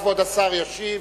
כבוד השר ישיב.